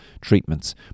treatments